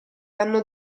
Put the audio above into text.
hanno